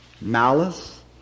malice